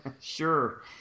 Sure